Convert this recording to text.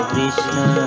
Krishna